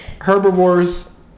herbivores